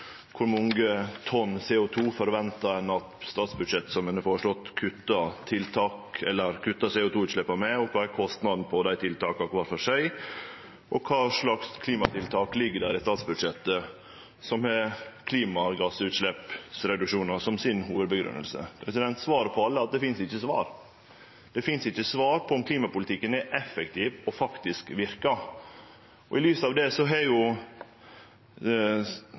Kor mange tonn CO 2 forventar ein at statsbudsjettet som ein har foreslått, kuttar CO 2 -utsleppa med, og kva er kostnaden på dei tiltaka kvar for seg? Kva slags klimatiltak ligg det i statsbudsjettet som har klimagassutsleppsreduksjonar som si hovudgrunngjeving? Svaret på alle spørsmåla er at det finst ikkje svar. Det finst ikkje svar på om klimapolitikken er effektiv og faktisk verkar. I lys av det har